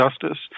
justice